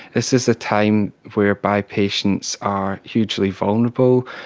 this is a time whereby patients are hugely vulnerable,